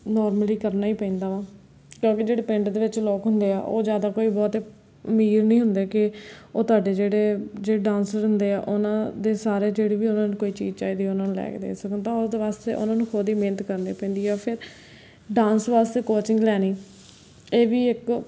normally ਕਰਨਾ ਹੀ ਪੈਂਦਾ ਵਾ ਕਿਉਂਕਿ ਜਿਹੜੇ ਪਿੰਡ ਦੇ ਵਿੱਚ ਲੋਕ ਹੁੰਦੇ ਆ ਉਹ ਜ਼ਿਆਦਾ ਕੋਈ ਬਹੁਤੇ ਅਮੀਰ ਨਹੀਂ ਹੁੰਦੇ ਕਿ ਉਹ ਤੁਹਾਡੇ ਜਿਹੜੇ ਜਿਹੜੇ ਡਾਂਸਰ ਹੁੰਦੇ ਆ ਉਨ੍ਹਾਂ ਦੇ ਸਾਰੇ ਜਿਹੜੇ ਵੀ ਉਨ੍ਹਾਂ ਨੂੰ ਕੋਈ ਚੀਜ਼ ਚਾਹੀਦੀ ਉਨ੍ਹਾਂ ਨੂੰ ਲੈ ਕੇ ਦੇ ਸਕਣ ਤਾਂ ਉਹਦੇ ਵਾਸਤੇ ਉਨ੍ਹਾਂ ਨੂੰ ਖੁਦ ਹੀ ਮਿਹਨਤ ਕਰਨੀ ਪੈਂਦੀ ਜਾਂ ਫਿਰ ਡਾਂਸ ਵਾਸਤੇ ਕੋਚਿੰਗ ਲੈਣੀ ਇਹ ਵੀ ਇੱਕ